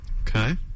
Okay